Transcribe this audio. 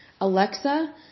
Alexa